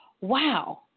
wow